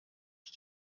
ich